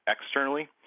externally